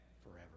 forever